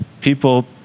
people